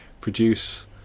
produce